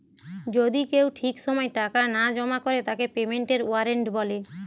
যদি কেউ ঠিক সময় টাকা না জমা করে তাকে পেমেন্টের ওয়ারেন্ট বলে